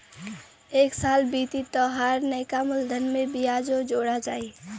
एक साल बीती तोहार नैका मूलधन में बियाजो जोड़ा जाई